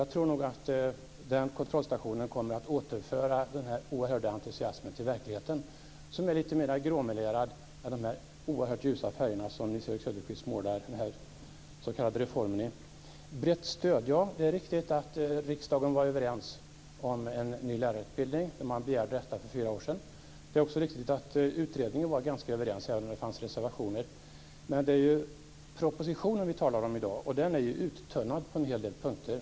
Jag tror att den kontrollstationen kommer att återföra den oerhörda entusiasmen till verkligheten, som är lite mer gråmelerad än de oerhört ljusa färger Nils-Erik Söderqvist målar den s.k. reformen i. Sedan var det frågan om brett stöd. Ja, det är riktigt att riksdagen var överens för fyra år sedan om att begära en ny lärarutbildning. Det är också riktigt att utredningen var ganska överens, även om det fanns reservationer. Men i dag talar vi om propositionen. Den är uttunnad på en hel del punkter.